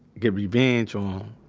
get revenge on.